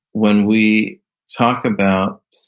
when we talk about